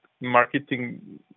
marketing